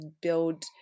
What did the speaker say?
build